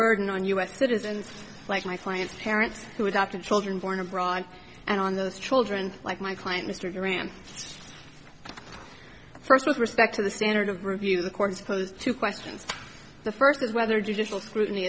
burden on u s citizens like my clients parents who adopted children born abroad and on those children like my client mr grant first with respect to the standard of review the courts opposed to questions the first is whether judicial scrutiny